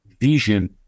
vision